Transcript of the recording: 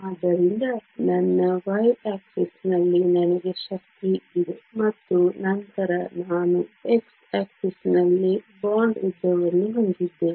ಆದ್ದರಿಂದ ನನ್ನ ವೈ ಆಕ್ಸಿಸ್ನಲ್ಲಿ ನನಗೆ ಶಕ್ತಿ ಇದೆ ಮತ್ತು ನಂತರ ನಾನು ಎಕ್ಸ್ ಆಕ್ಸಿಸ್ನಲ್ಲಿ ಬಾಂಡ್ ಉದ್ದವನ್ನು ಹೊಂದಿದ್ದೇನೆ